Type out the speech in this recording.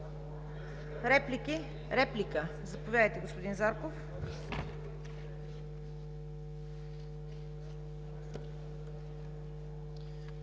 Реплики? Заповядайте, господин Зарков.